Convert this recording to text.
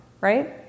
right